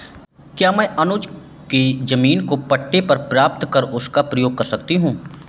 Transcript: क्या मैं अनुज के जमीन को पट्टे पर प्राप्त कर उसका प्रयोग कर सकती हूं?